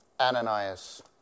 Ananias